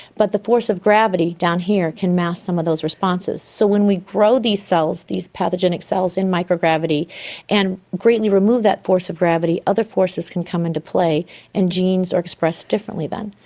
but the force of gravity down here can mask some of those responses. so when we grow these cells, these pathogenic cells, in microgravity and greatly remove that force of gravity, other forces can come into play and genes are expressed differently then.